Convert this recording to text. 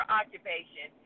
occupation